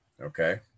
Okay